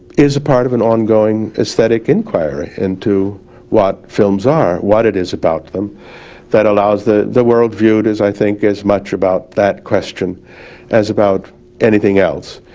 is a part of an ongoing aesthetic inquiry into what films are. what it is about them that allows, the the world viewed as i think is much about that question as about anything else.